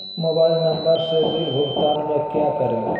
Mobile number से bill भुगतान में क्या करें?